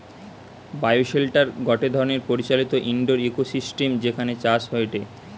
bioshelter গটে ধরণের পরিচালিত ইন্ডোর ইকোসিস্টেম যেখানে চাষ হয়টে